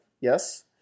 yes